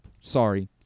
sorry